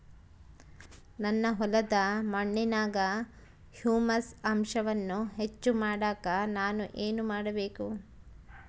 ನನ್ನ ಹೊಲದ ಮಣ್ಣಿನಾಗ ಹ್ಯೂಮಸ್ ಅಂಶವನ್ನ ಹೆಚ್ಚು ಮಾಡಾಕ ನಾನು ಏನು ಮಾಡಬೇಕು?